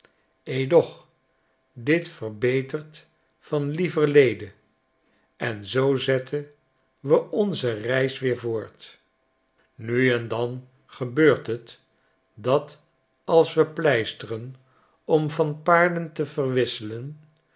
edoch dit verbetert van lieverlede en zoo zetten we onze reis weer voort nu en dan gebeurt het dat als we pleisteren om van paarden te verwisselen